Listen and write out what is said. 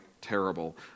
terrible